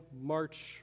March